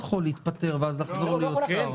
הוא לא יכול להתפטר ואז לחזור להיות שר.